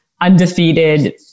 undefeated